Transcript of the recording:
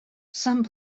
some